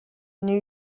new